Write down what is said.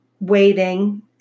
waiting